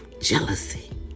Jealousy